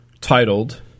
titled